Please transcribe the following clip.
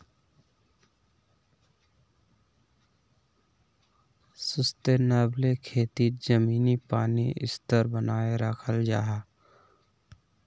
sustainable खेतित ज़मीनी पानीर स्तर बनाए राखाल जाहा